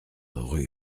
rue